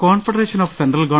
confederation of central ഗവ